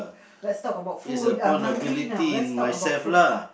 let's talk about food I'm hungry now let's talk about food